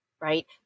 Right